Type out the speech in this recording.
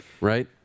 Right